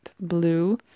blue